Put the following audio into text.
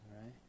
right